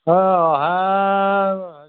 অঁ অহা আজি